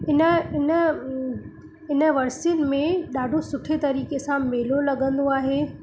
इन इन इन वर्सी में ॾाढो सुठे तरीक़े सां मेलो लॻंदो आहे